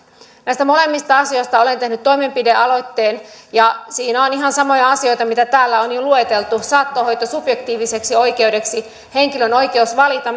näistä molemmista asioista olen tehnyt toimenpidealoitteen ja siinä on ihan samoja asioita mitä täällä on jo lueteltu saattohoito subjektiiviseksi oikeudeksi henkilön oikeus valita